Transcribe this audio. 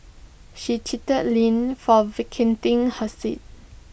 she chided lee for vacating her seat